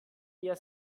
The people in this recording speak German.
wer